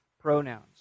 pronouns